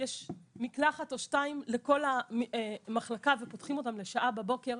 יש מקלחת או שתיים לכל המחלקה ופותחים אותן לשעה בבוקר,